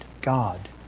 God